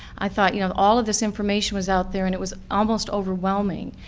i thought, you know, all of this information was out there and it was almost overwhelming.